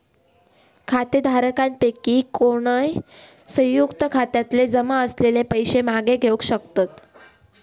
खातेधारकांपैकी कोणय, संयुक्त खात्यातले जमा असलेले पैशे मागे घेवक शकतत